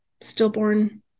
stillborn